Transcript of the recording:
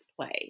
play